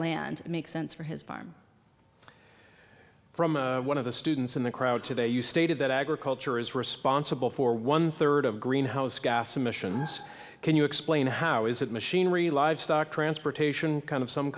land makes sense for his farm one of the students in the crowd today you stated that agriculture is responsible for one third of greenhouse gas emissions can you explain how is that machinery livestock transportation kind of some